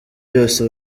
byose